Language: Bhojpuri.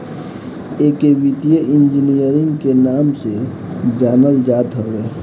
एके वित्तीय इंजीनियरिंग के नाम से जानल जात हवे